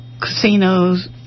casinos